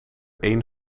één